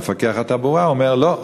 מפקח התעבורה אומר: לא,